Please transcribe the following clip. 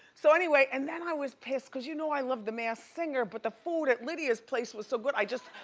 so, anyway and then i was pissed cause you know i love the masked singer but the food at lidia's place was so good i just,